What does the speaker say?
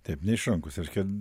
taip neišrankūs reiškia